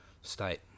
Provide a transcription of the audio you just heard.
state